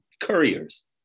couriers